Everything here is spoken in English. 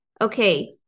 okay